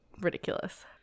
ridiculous